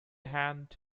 hand